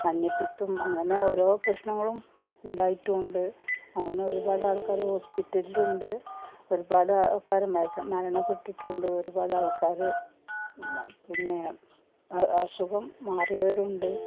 മഞ്ഞപ്പിത്തം അങ്ങനെ ഓരോ പ്രശ്നങ്ങളും ഉണ്ടായിട്ടുമുണ്ട് അങ്ങനെ ഒരുപാട് ആൾക്കാർ ഹോസ്പിറ്റലിലുണ്ട് ഒരുപാട് ആൾക്കാർ മരണം മരണപ്പെട്ടിട്ടുണ്ട് ഒരുപാട് ആൾക്കാർ പിന്നെ അസുഖം മാറിയവരുണ്ട്